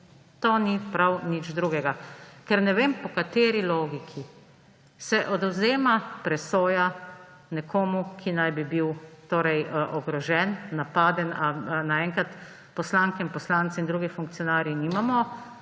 To ni prav nič drugega. Ker ne vem, po kateri logiki se odvzema presoja nekomu, ki naj bi bil ogrožen, napaden. Ali naenkrat poslanke in poslanci in drugi funkcionarji nimamo